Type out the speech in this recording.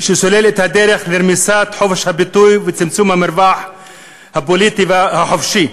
שסולל את הדרך לרמיסת חופש הביטוי וצמצום המרווח הפוליטי החופשי.